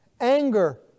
anger